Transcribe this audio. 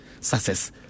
success